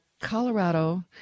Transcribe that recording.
Colorado